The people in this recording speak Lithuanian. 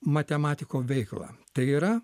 matematiko veiklą tai yra